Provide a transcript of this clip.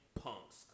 Punks